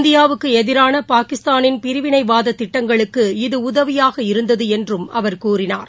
இந்தியாவுக்கு எதிரான பாகிஸ்தானின் பிரிவினைவாத திட்டங்களுக்கு இது உதவியாக இருந்தது என்றும் அவர் கூறினார்